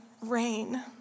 rain